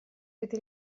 это